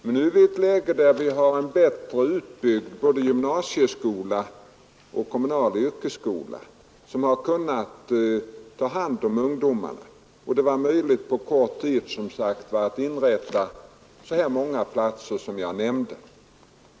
Men nu har vi både en bättre utbyggd gymnasieskola och en bättre kommunal yrkesskola, som kan ta hand om ungdomarna, och det har som sagt varit möjligt att på kort tid inrätta så många platser som jag nämnde.